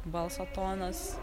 balso tonas